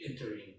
entering